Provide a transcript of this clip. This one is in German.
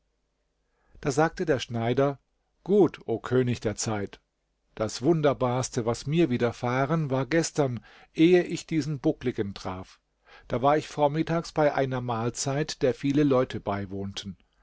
da sagte er schneider gut o könig der zeit das wunderbarste was mir widerfahren war gestern ehe ich diesen buckligen traf da war ich vormittags bei einer mahlzeit der viele leute beiwohnten